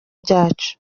byacu